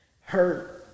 hurt